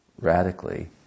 radically